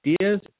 ideas